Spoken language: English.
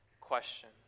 question